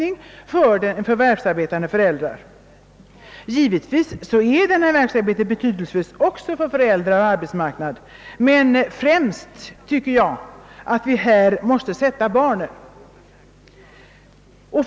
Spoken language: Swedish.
Givetvis är denna verksamhet betydelsefull också för föräldrar och arbetsmarknad, men vi måste här sätta barnen främst.